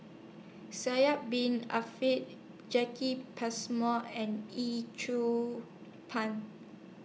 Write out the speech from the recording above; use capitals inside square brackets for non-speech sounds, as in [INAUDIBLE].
Sidek Bin [UNINTELLIGIBLE] Jacki Passmore and Yee [UNINTELLIGIBLE] Pun